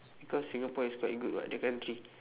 because singapore is quite good [what] the country